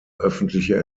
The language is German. öffentliche